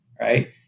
right